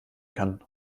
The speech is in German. kann